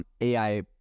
AI